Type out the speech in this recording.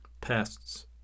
pests